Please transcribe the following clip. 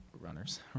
Runners